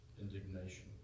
indignation